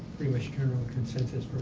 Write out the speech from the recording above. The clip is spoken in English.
pretty much general consensus